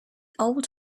old